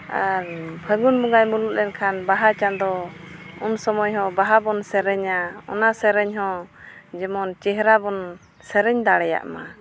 ᱟᱨ ᱯᱷᱟᱹᱜᱩᱱ ᱵᱚᱸᱜᱟᱭ ᱢᱩᱞᱩᱠ ᱞᱮᱱᱠᱷᱟᱱ ᱵᱟᱦᱟ ᱪᱟᱸᱫᱚ ᱩᱱ ᱥᱚᱢᱚᱭ ᱦᱚᱸ ᱵᱟᱦᱟ ᱵᱚᱱ ᱥᱮᱨᱮᱧᱟ ᱚᱱᱟ ᱥᱮᱨᱮᱧ ᱦᱚᱸ ᱡᱮᱢᱚᱱ ᱪᱮᱦᱨᱟ ᱵᱚᱱ ᱥᱮᱨᱮᱧ ᱫᱟᱲᱮᱭᱟᱢᱟ